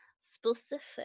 Specific